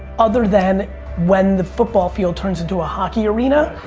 other than when the football field turns into a hockey arena.